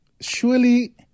Surely